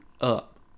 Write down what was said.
up